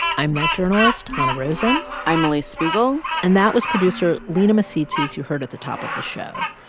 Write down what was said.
i'm that journalist, hanna rosin i'm alix spiegel and that was producer lina misitzis you heard at the top of the show.